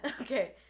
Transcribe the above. okay